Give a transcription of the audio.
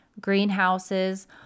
greenhouses